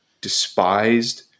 despised